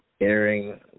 airing